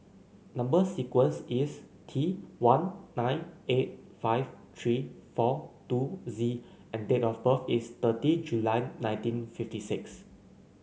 number sequence is T one nine eight five three four two Z and date of birth is thirty July nineteen fifty six